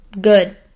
Good